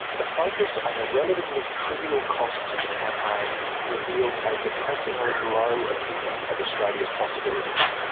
the focus on the relatively trivial costs of the campaign revealed a depressingly low opinion of australia's possibilities.